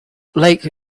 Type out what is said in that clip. lake